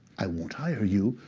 i won't hire you,